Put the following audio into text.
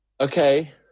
okay